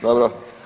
Dobro.